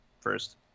first